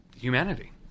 humanity